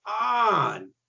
on